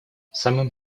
самым